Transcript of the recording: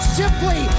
simply